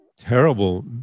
terrible